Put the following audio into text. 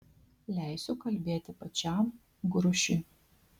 leisiu kalbėti pačiam grušiui